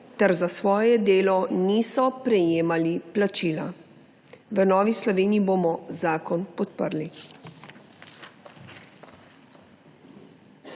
ter za svoje delo niso prejemali plačila. V Novi Sloveniji bomo zakon podprli.